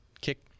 kick